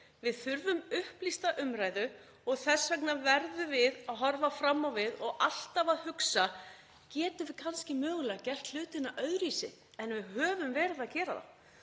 Við þurfum upplýsta umræðu og þess vegna verðum við að horfa fram á við og alltaf að hugsa: Getum við kannski mögulega gert hlutina öðruvísi en við höfum verið að gera þá?